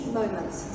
moments